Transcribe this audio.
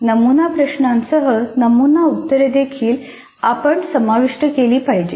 नमुना प्रश्नांसह नमुना उत्तरे देखील आपण समाविष्ट केली पाहिजेत